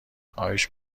خواهش